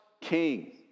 king